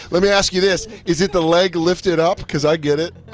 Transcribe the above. let me ask you this. is it the leg lifted up? cause i get it.